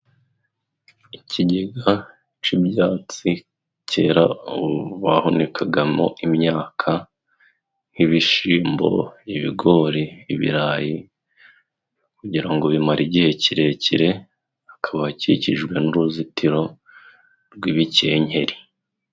Ikigega c'ibyatsi kera bahunikagamo imyaka nk'ibishimbo, ibigori, ibirayi kugira ngo bimare igihe kirekire hakaba hakikijwe n'uruzitiro rw'ibikenkeri.